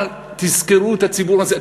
אבל תזכרו את הציבור הזה.